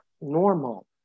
normal